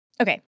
Okay